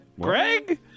Greg